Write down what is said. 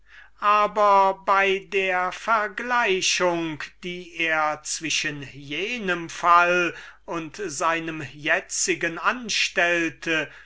aber bei der vergleichung die er zwischen jenem fall und seinem itzigen anstellte